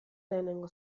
lehenengo